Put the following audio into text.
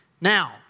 Now